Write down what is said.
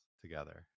together